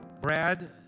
Brad